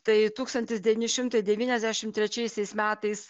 tai tūkstantis devyni šimtai devyniasdešim trečiaisiais metais